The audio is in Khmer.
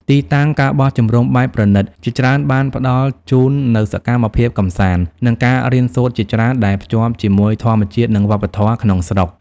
ទីតាំង ការបោះជំរំបែបប្រណីត ជាច្រើនបានផ្តល់ជូននូវសកម្មភាពកម្សាន្ត និងការរៀនសូត្រជាច្រើន ដែលភ្ជាប់ជាមួយធម្មជាតិ និងវប្បធម៌ក្នុងស្រុក។